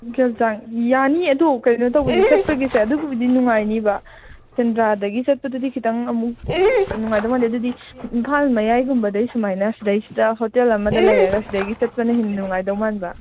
ꯒꯦꯜꯖꯥꯡ ꯌꯥꯅꯤꯌꯦ ꯑꯗꯣ ꯀꯩꯅꯣ ꯇꯧꯕꯁꯦ ꯆꯠꯄꯒꯤꯁꯦ ꯑꯗꯨꯒꯤꯕꯨꯗꯤ ꯅꯨꯡꯉꯥꯏꯅꯤꯕ ꯁꯦꯟꯗ꯭ꯔꯥꯗꯒꯤ ꯆꯠꯄꯗꯗꯤ ꯈꯤꯇꯪ ꯑꯃꯨꯛ ꯅꯨꯡꯉꯥꯏꯗꯧ ꯃꯥꯟꯗꯦ ꯑꯗꯨꯗꯤ ꯏꯝꯐꯥꯜ ꯃꯌꯥꯏꯒꯨꯝꯕꯗꯩ ꯁꯨꯃꯥꯏꯅ ꯁꯤꯗꯩꯁꯤꯗ ꯍꯣꯇꯦꯜ ꯑꯃꯗ ꯂꯩꯔꯒ ꯁꯤꯗꯒꯤ ꯆꯠꯄꯅ ꯍꯦꯟꯅ ꯅꯨꯡꯉꯥꯏꯗꯧ ꯃꯥꯟꯕ